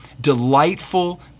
delightful